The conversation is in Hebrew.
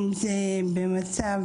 אם זה במצב